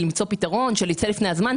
שצריך למצוא פתרון אם ייצא לפני הזמן.